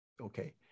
Okay